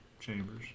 chambers